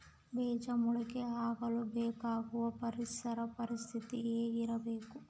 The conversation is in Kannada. ಬೇಜ ಮೊಳಕೆಯಾಗಲು ಬೇಕಾಗುವ ಪರಿಸರ ಪರಿಸ್ಥಿತಿ ಹೇಗಿರಬೇಕು?